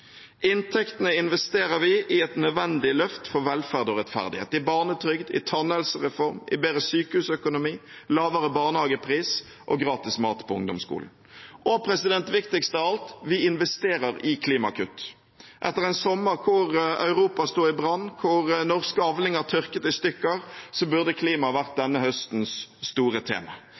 Inntektene investerer vi i et nødvendig løft for velferd og rettferdighet – i barnetrygd, i tannhelsereform, i bedre sykehusøkonomi, lavere barnehagepris og gratis mat på ungdomsskolen. Og viktigst av alt: Vi investerer i klimakutt. Etter en sommer hvor Europa sto i brann, hvor norske avlinger tørket inn, burde klima vært denne høstens store tema.